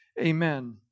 Amen